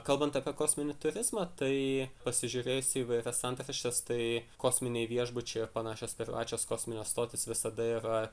kalbant apie kosminį turizmą tai pasižiūrėjus įvairias antraštes tai kosminiai viešbučiai panašios privačios kosminės stotys visada yra